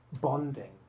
bonding